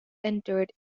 entered